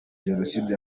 jenoside